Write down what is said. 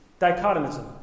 dichotomism